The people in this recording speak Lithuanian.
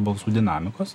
balsų dinamikos